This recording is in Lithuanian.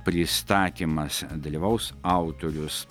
pristatymas dalyvaus autorius